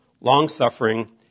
long-suffering